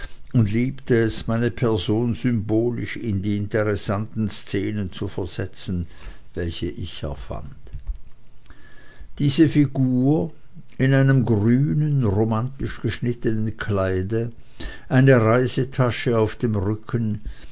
und liebte es meine person symbolisch in die interessanten szenen zu versetzen welche ich erfand diese figur in einem grünen romantisch geschnittenen kleide eine reisetasche auf dem rücken